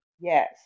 yes